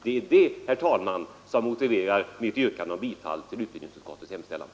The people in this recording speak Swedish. Det är det, herr talman, som motiverar mitt yrkande om bifall till utbildningsutskottets förslag.